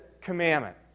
commandment